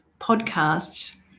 podcasts